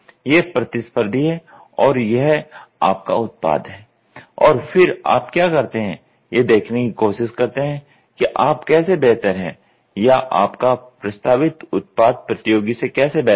यह प्रतिस्पर्धी है और यह आपका उत्पाद है और फिर आप क्या करते हैं यह देखने की कोशिश करते हैं कि आप कैसे बेहतर हैं या आपका प्रस्तावित उत्पाद प्रतियोगी से कैसे बेहतर है